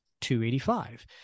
285